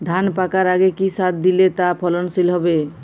ধান পাকার আগে কি সার দিলে তা ফলনশীল হবে?